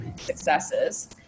successes